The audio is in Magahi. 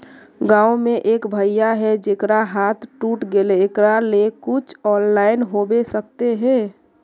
गाँव में एक भैया है जेकरा हाथ टूट गले एकरा ले कुछ ऑनलाइन होबे सकते है?